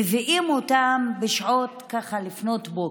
מביאים אותם בשעות לפנות בוקר,